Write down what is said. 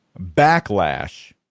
Backlash